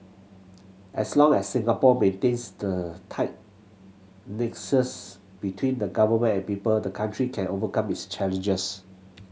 as long as Singapore maintains the tight nexus between the Government and people the country can overcome its challenges